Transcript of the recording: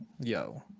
Yo